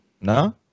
No